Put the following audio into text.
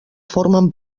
formen